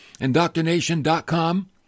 indoctrination.com